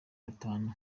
batanu